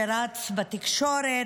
שרץ בתקשורת.